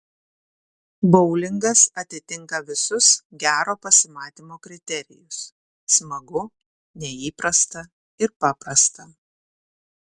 boulingas atitinka visus gero pasimatymo kriterijus smagu neįprasta ir paprasta